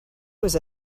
was